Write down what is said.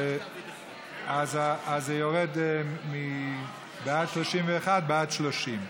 אז זה יורד מ-31 בעד ל-30 בעד.